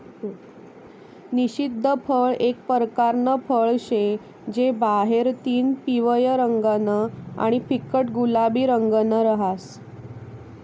निषिद्ध फळ एक परकारनं फळ शे जे बाहेरतीन पिवयं रंगनं आणि फिक्कट गुलाबी रंगनं रहास